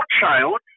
child